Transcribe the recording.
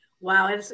Wow